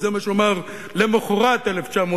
זה מה שהוא אמר למחרת 1967,